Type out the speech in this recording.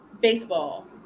baseball